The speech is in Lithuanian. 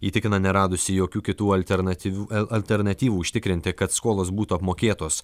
įtikina neradusi jokių kitų alternatyvių alternatyvų užtikrinti kad skolos būtų apmokėtos